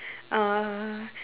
uh